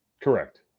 Correct